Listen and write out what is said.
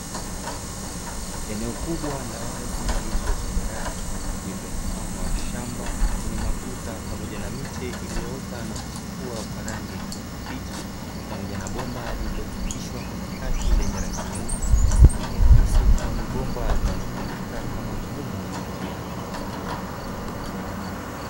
Eneo kubwa la wazi lililotambarare lililo mfano wa shamba lenye matuta pamoja na miche iliyoota na kuchipua kwa rangi ya kijani kibichi, pamoja na bomba lililopitishwa katikati lenye rangi nyeupe likiakisi kuwa ni bomba linalotumika kama mfumo wa umwagiliaji.